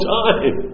time